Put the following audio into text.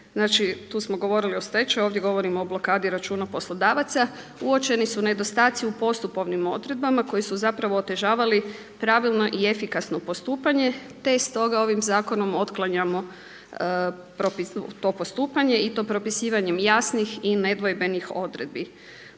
znači tu smo govorili o stečaju, ovdje govorimo o blokadi računa poslodavaca uočeni su nedostaci u postupovnim odredbama koji su zapravo otežavali pravilno i efikasno postupanje te stoga ovim zakonom otklanjamo to postupanje i to propisivanjem jasnih i nedvojbenih odredbi.